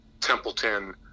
Templeton